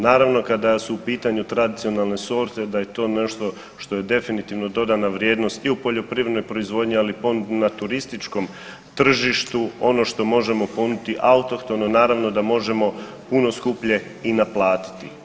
Naravno kada su u pitanju tradicionalne sorte da je to nešto što je definitivno dodana vrijednost i u poljoprivrednoj proizvodnji ali i fond na turističkom tržištu ono što možemo ponuditi autohtono naravno da možemo puno skuplje i naplatiti.